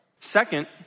Second